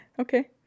Okay